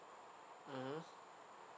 mmhmm